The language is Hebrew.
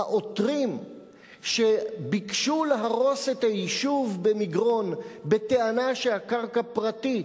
העותרים שביקשו להרוס את היישוב מגרון בטענה שהקרקע פרטית,